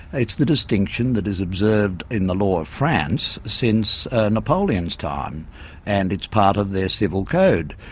it's the distinction that is observed in the law of france since napoleon's time and it's part of their civil code.